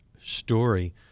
story